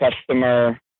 customer